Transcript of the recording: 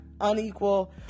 unequal